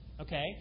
okay